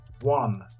One